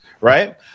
right